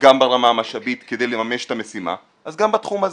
גם ברמת המשאבים כדי לממש את המשימה אז גם בתחום הזה.